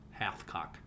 Hathcock